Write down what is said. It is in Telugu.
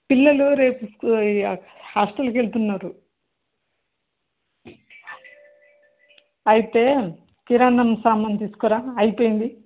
పిల్లలు రేపు హాస్టల్కి వెళ్తున్నారు అయితే కిరాణం సామాను తీసుకురా అయిపోయింది